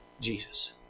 Jesus